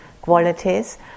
qualities